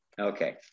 Okay